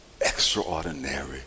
extraordinary